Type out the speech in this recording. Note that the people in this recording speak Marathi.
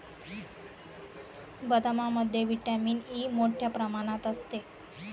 बदामामध्ये व्हिटॅमिन ई मोठ्ठ्या प्रमाणात असते